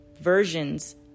versions